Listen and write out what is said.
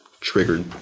triggered